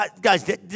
Guys